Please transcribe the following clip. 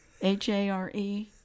H-A-R-E